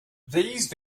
these